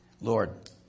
Lord